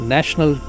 National